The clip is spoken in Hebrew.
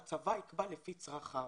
הצבא יקבע לפי צרכיו.